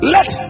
Let